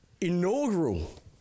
inaugural